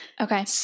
Okay